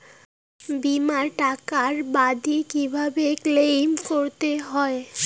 বিমার টাকার দাবি কিভাবে ক্লেইম করতে হয়?